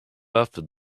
after